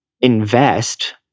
invest